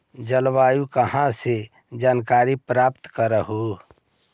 जलवायु कहा से जानकारी प्राप्त करहू?